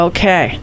Okay